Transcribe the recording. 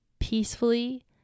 Peacefully